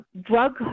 drug